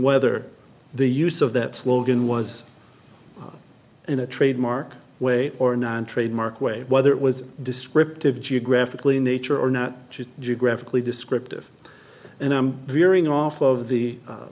whether the use of that slogan was in a trademark way or a non trademark way whether it was descriptive geographically nature or not geographically descriptive and i'm hearing off of the